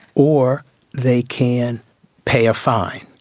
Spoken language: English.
or they can pay a fine.